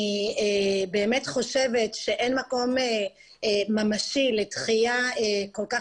אני באמת חושבת שאין מקום ממשי לדחייה כל כך